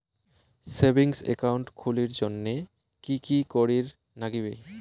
Savings account খুলির জন্যে কি কি করির নাগিবে?